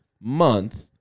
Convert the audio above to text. month